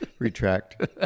Retract